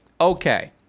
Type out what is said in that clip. okay